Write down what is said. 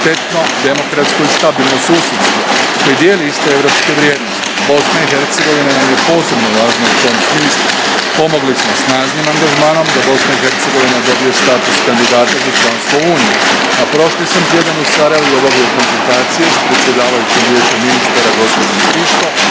prosperitetno, demokratsko i stabilno susjedstvo koje dijeli iste europske vrijednosti. Bosna i Hercegovina nam je posebice važna u tom smislu, pomogli smo snažnim angažmanom da BiH dobije status kandidatkinje za članstvo u Uniji, a prošli sam tjedan u Sarajevu obavio konzultacije s predsjedavajućom Vijeća ministara gospođom Krišto